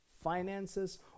finances